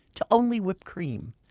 to only whipped cream